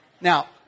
Now